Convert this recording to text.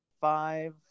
five